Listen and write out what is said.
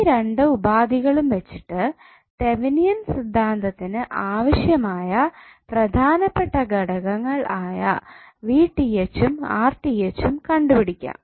ഈ രണ്ട് ഉപാധികളും വെച്ചിട്ട് തെവെനിൻ സിദ്ധാന്തത്തിനു ആവശ്യമായ പ്രധാനപ്പെട്ട ഘടകങ്ങൾ ആയ ഉം ഉം കണ്ടുപിടിക്കാം